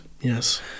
Yes